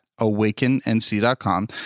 awakennc.com